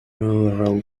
rural